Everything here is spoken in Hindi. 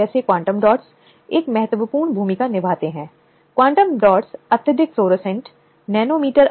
अब यह अधिनियम सर्वोच्च न्यायालय द्वारा निर्धारित विशाखा दिशा निर्देशों को निरस्त कर देता है